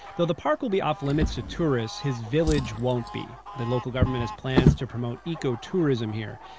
though the park will be off-limits to tourists, his village won't be. the local government has plans to promote ecotourism here.